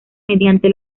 mediante